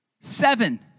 Seven